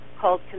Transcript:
called